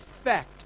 effect